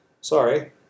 Sorry